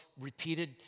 repeated